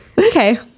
okay